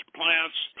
plants